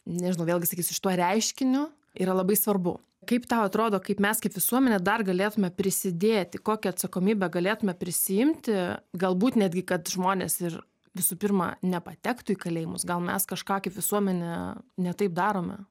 nežinau vėlgi sakysiu šituo reiškiniu yra labai svarbu kaip tau atrodo kaip mes kaip visuomenė dar galėtume prisidėti kokią atsakomybę galėtume prisiimti galbūt netgi kad žmonės ir visų pirma nepatektų į kalėjimus gal mes kažką kaip visuomenė ne taip darome